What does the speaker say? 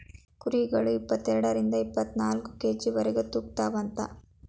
ಕುರಿಗಳ ಇಪ್ಪತೆರಡರಿಂದ ಇಪ್ಪತ್ತನಾಕ ಕೆ.ಜಿ ವರೆಗು ತೂಗತಾವಂತ